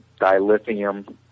dilithium